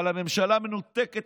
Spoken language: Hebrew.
אבל הממשלה המנותקת